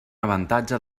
avantatge